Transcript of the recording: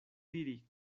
diri